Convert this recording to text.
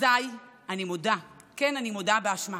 אזי אני מודה, כן, אני מודה באשמה.